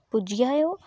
पुज्जी जाएओ